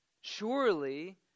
Surely